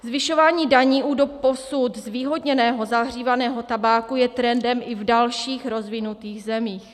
Zvyšování daní u doposud zvýhodněného zahřívaného tabáku je trendem i v dalších rozvinutých zemích.